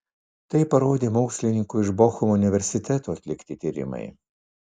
tai parodė mokslininkų iš bochumo universiteto atlikti tyrimai